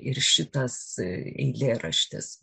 ir šitas eilėraštis